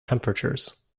temperatures